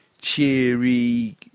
cheery